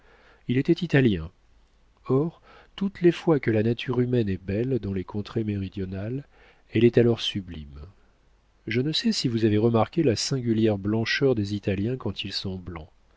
il était italien or toutes les fois que la nature humaine est belle dans les contrées méridionales elle est alors sublime je ne sais si vous avez remarqué la singulière blancheur des italiens quand ils sont blancs